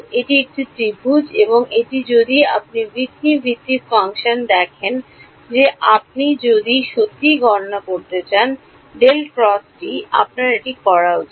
এটি একটি ত্রিভুজ এবং এটি যদি আপনি হুইটনি ভিত্তিক ফাংশনগুলি দেখেন যে আপনি যদি সত্যিই গণনা করতে যান ∇× টি আপনার এটি করা উচিত